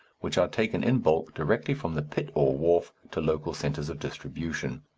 which are taken in bulk directly from the pit or wharf to local centres of distribution.